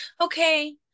okay